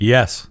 Yes